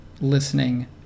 listening